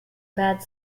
bad